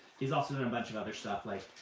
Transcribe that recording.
he's also done a bunch of other stuff, like